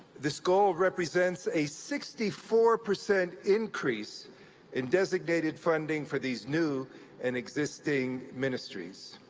this goal represents a sixty four percent increase in designated funding for these new and existing ministry so